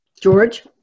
George